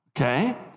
Okay